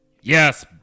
Yes